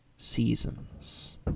seasons